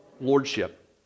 Lordship